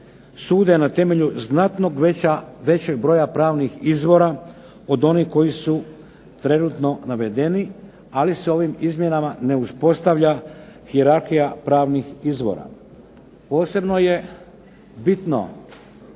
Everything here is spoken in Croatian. sude na temelju znatno većeg broja pravnih izvora od onih koji su trenutno navedeni, ali se ovim izmjenama ne uspostavlja hijerarhija pravnih izvora.